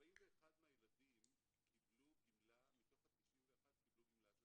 41 מהילדים מתוך 91 ילדים קיבלו גמלה של